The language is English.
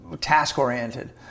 task-oriented